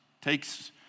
takes